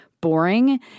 boring